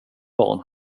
barn